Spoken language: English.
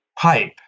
pipe